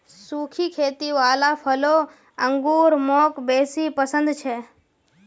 सुखी खेती वाला फलों अंगूर मौक बेसी पसन्द छे